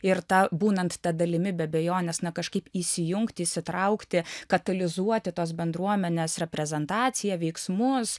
ir tą būnant ta dalimi be abejonės na kažkaip įsijungti įsitraukti katalizuoti tos bendruomenės reprezentaciją veiksmus